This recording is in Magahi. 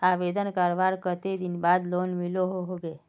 आवेदन करवार कते दिन बाद लोन मिलोहो होबे?